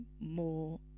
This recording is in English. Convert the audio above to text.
more